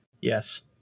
Yes